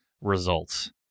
results